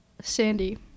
Sandy